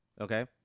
okay